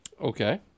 Okay